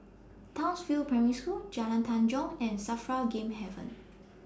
Townsville Primary School Jalan Tanjong and SAFRA Game Haven